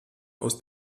aus